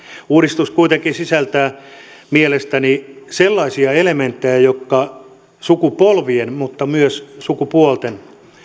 uudistus kuitenkin sisältää mielestäni sellaisia elementtejä jotka paitsi sukupolvien myös sukupuolten